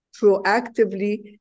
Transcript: proactively